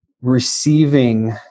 receiving